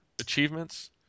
Achievements